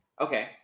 okay